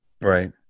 right